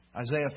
Isaiah